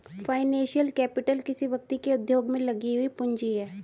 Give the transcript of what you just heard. financial capital किसी व्यक्ति के उद्योग में लगी हुई पूंजी है